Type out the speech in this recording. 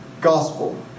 gospel